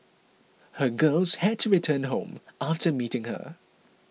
her girls had to return home after meeting her